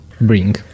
bring